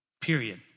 Period